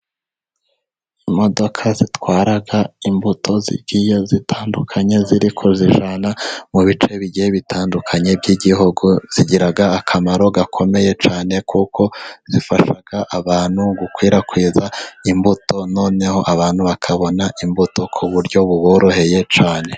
Imodoka zitwara imbuto zigiye zitandukanye ziri kuyijyana mu bice bigiye bitandukanye by'igihugu, zigira akamaro gakomeye cyane kuko zifasha abantu gukwirakwiza imbuto noneho abantu bakabona imbuto ku buryo buboroheye cyane.